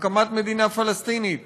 הקמת מדינה פלסטינית